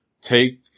take